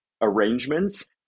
arrangements